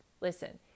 Listen